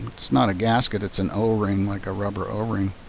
it's not a gasket it's an o-ring like a rubber o-ring